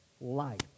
life